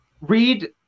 Read